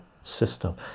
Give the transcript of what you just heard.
system